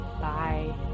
Bye